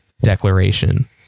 declaration